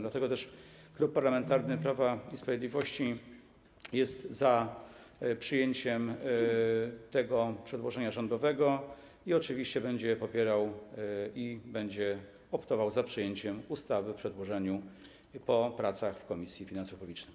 Dlatego też Klub Parlamentarny Prawo i Sprawiedliwość jest za przyjęciem tego przedłożenia rządowego i oczywiście będzie je popierał, będzie optował za przyjęciem projektu ustawy przedłożonego po pracach w Komisji Finansów Publicznych.